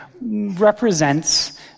represents